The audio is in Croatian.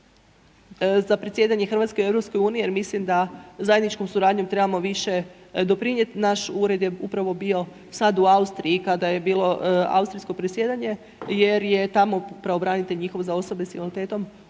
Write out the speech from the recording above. za predsjedanje Hrvatske EU jer mislim da zajedničkom suradnjom trebamo više doprinijeti. Naš ured je upravo bio sada u Austriji, kada je bilo austrijsko predsjedanje jer je tamo pravobranitelj njihov za osobe s invaliditetom